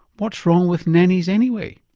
what's wrong with nannies anyway.